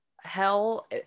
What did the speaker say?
hell